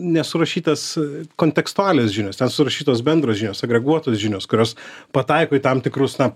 nesurašytas kontekstualios žinios ten surašytos bendros žinios agreguotos žinios kurios pataiko į tam tikrus na